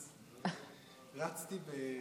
אז רצתי כדי להספיק.